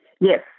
Yes